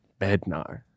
Bednar